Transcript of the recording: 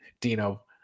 Dino